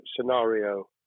scenario